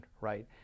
right